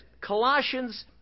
Colossians